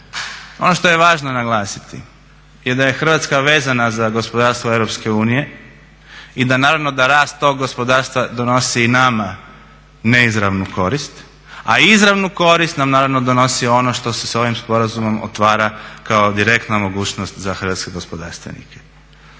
ono što je važno naglasiti je da je Hrvatska vezana za gospodarstvo Europske unije i da naravno da rast tog gospodarstva donosi i nama neizravnu korist a izravnu korist nam naravno donosi ono što se sa ovim sporazumom otvara kao direktna mogućnost za hrvatske gospodarstvenike.